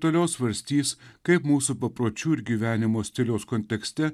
toliau svarstys kaip mūsų papročių ir gyvenimo stiliaus kontekste